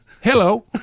Hello